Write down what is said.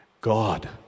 God